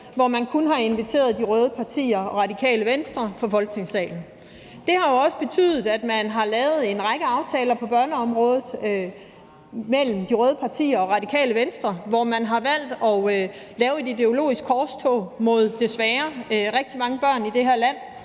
hvor man kun har inviteret de røde partier og Radikale Venstre fra Folketinget. Det har jo også betydet, at man har lavet en række aftaler på børneområdet mellem de røde partier og Radikale Venstre, hvor man har valgt at føre et ideologisk korstog mod desværre rigtig mange børn i det her land,